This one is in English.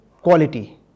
quality